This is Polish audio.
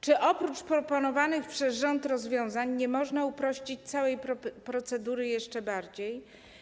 Czy oprócz proponowanych przez rząd rozwiązań nie można uprościć tej procedury jeszcze bardziej?